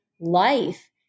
life